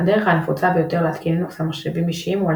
הדרך הנפוצה ביותר להתקין לינוקס על מחשבים אישיים היא על